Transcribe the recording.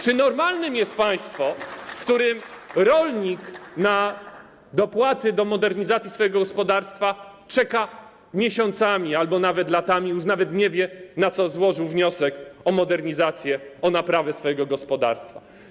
Czy normalne jest państwo, w którym rolnik na dopłaty do modernizacji swojego gospodarstwa czeka miesiącami albo nawet latami i już nawet nie wie, na co złożył wniosek o modernizację, o naprawę swojego gospodarstwa?